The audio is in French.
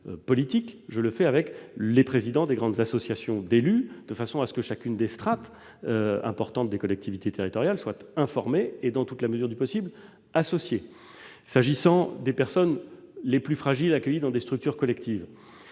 je le fais avec les présidents des grandes associations d'élus, de sorte que chacune des strates importantes de collectivités territoriales soit informée et, dans toute la mesure du possible, associée. Pour ce qui concerne les personnes les plus fragiles accueillies dans des structures collectives,